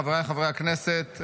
חבריי חברי הכנסת,